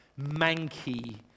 manky